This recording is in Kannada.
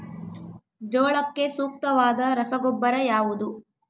ಜೋಳಕ್ಕೆ ಸೂಕ್ತವಾದ ರಸಗೊಬ್ಬರ ಯಾವುದು?